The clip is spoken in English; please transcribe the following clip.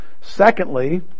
Secondly